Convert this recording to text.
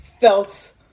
felt